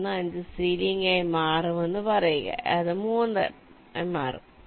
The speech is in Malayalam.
15 സീലിംഗായി മാറുമെന്ന് പറയുക അത് 3 ആയി മാറും